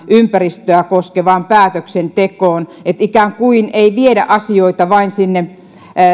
ympäristöä koskevaan päätöksentekoon riittävissä määrin turvataan että ikään kuin ei viedä asioita vain sinne